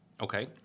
okay